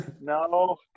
no